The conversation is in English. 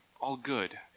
all-good